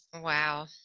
Wow